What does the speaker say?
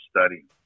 studying